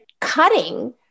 cutting